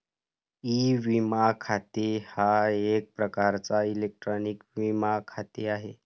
E विमा खाते हा एक प्रकारचा इलेक्ट्रॉनिक विमा खाते आहे